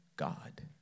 God